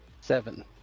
seven